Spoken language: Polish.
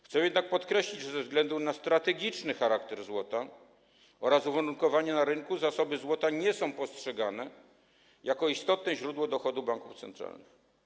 Chcę jednak podkreślić, że ze względu na strategiczny charakter złota oraz uwarunkowania na rynku zasoby złota nie są postrzegane jako istotne źródło dochodów banków centralnych.